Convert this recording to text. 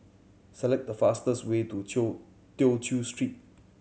select the fastest way to Chew Tew Chew Street